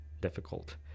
difficult